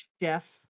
Chef